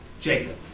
Jacob